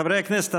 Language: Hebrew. חברי הכנסת,